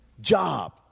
job